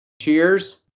Cheers